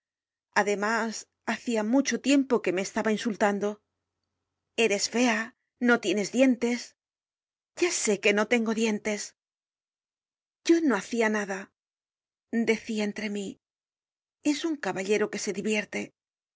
además hacia mucho tiempo que me estaba insultando eres fea no tienes dientes ya sé que no tengo dientes yo no hacia nada decia entre mi es un caballero que se divierte